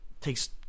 takes